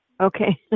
Okay